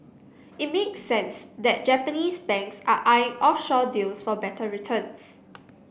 it make sense that Japanese banks are eyeing offshore deals for better returns